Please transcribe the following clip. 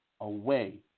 away